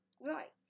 right